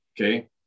Okay